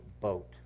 boat